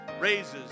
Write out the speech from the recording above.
raises